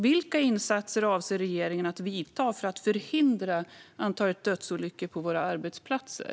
Vilka insatser avser regeringen att vidta för att förhindra dödsolyckor på våra arbetsplatser?